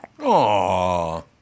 Aww